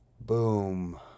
boom